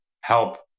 help